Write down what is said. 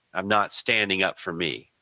i'm not standing up for me.